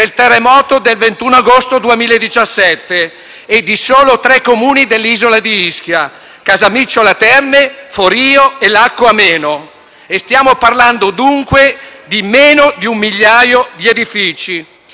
dal terremoto del 21 agosto 2017 e di soli tre Comuni dell’isola (Casamicciola Terme, Forio e Lacco Ameno). Stiamo parlando dunque di meno di un migliaio di edifici